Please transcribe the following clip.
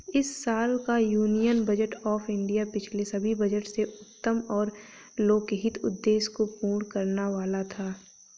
इस साल का यूनियन बजट ऑफ़ इंडिया पिछले सभी बजट से उत्तम और लोकहित उद्देश्य को पूर्ण करने वाला था